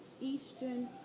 Eastern